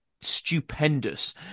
stupendous